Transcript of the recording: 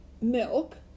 milk